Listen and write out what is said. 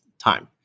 time